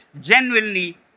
genuinely